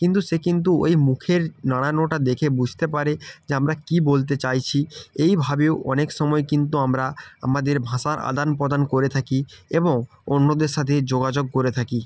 কিন্তু সে কিন্তু ওই মুখের নাড়ানোটা দেখে বুঝতে পারে যে আমরা কি বলতে চাইছি এইভাবেও অনেক সময় কিন্তু আমরা আমাদের ভাষার আদান প্রদান করে থাকি এবং অন্যদের সাথে যোগাযোগ করে থাকি